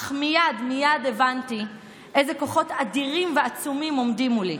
אך מייד מייד הבנתי איזה כוחות אדירים ועצומים עומדים מולי.